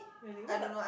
really what the